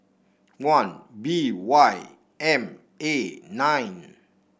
one B Y M A nine